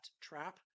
trap